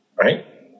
right